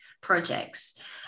projects